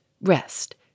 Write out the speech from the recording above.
rest